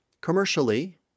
Commercially